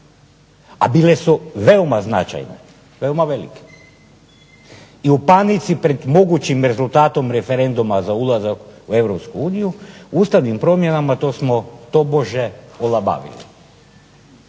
a bile su veoma značajne, veoma velike. I u panici pred mogućim rezultatom referenduma za ulazak u Europsku uniju ustavnim promjenama to smo tobože olabavili.